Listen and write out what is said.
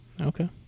Okay